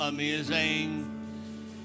amazing